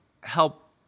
help